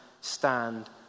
stand